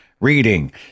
reading